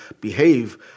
behave